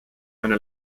eine